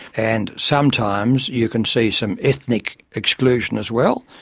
and sometimes you can see some ethnic exclusion as well.